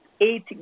eight